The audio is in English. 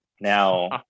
Now